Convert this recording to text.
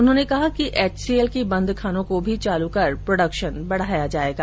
उन्होंने कहा कि एचसीएल की बंद खानों को भी चालू कर प्रोडक्शन बढ़ाया जाएगा